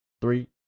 Three